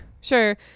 sure